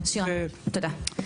טוב שירה תודה.